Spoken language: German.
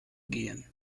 gehen